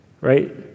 right